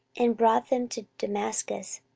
and brought them to damascus.